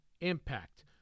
Impact